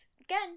again